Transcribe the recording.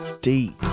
deep